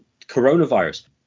coronavirus